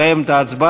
לקיים את ההצבעה.